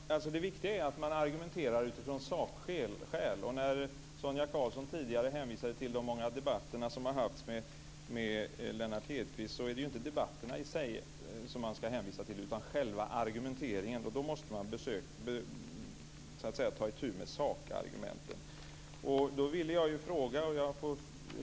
Fru talman! Det viktiga är att man argumenterar utifrån sakskäl. Sonia Karlsson hänvisade tidigare till de många debatter som varit med Lennart Hedquist men det är inte debatterna i sig som man skall hänvisa till, utan det gäller själva argumenteringen. Då måste man ta itu med sakargumenten.